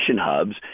hubs